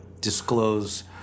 disclose